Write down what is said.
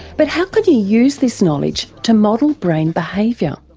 but how could you use this knowledge to model brain behaviour?